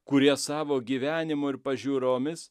kurie savo gyvenimu ir pažiūromis